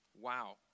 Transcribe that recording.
Wow